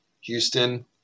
Houston